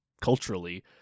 culturally